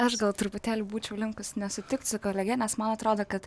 aš gal truputėlį būčiau linkusi nesutikt su kolege nes man atrodo kad